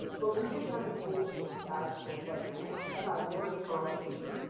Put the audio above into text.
volusia county school is a sad state right now and i worry for our future.